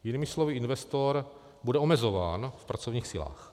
Jinými slovy, investor bude omezován v pracovních silách.